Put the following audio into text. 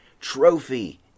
Trophy